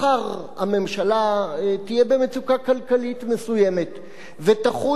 מחר הממשלה תהיה במצוקה כלכלית מסוימת ותחוש